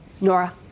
Nora